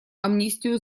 амнистию